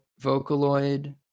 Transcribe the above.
vocaloid